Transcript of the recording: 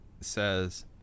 says